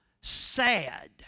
sad